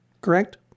correct